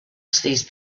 these